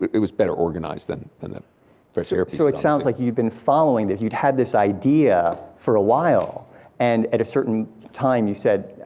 it was better organized than than the fresh air but so sounds like you've been following, that you had this idea for awhile and at a certain time you said,